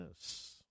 yes